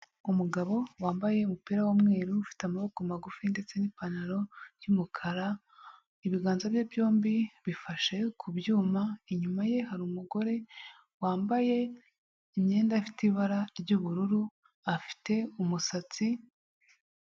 Umugabo wambaye umupira w'umweru ufite amaboko magufi ndetse n'ipantaro y'umukara, ibiganza bye byombi bifashe ku byuma, inyuma ye hari umugore wambaye imyenda ifite ibara ry'ubururu, afite umusatsi...